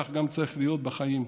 כך צריך להיות גם בחיים.